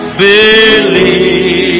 believe